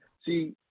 See